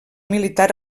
militar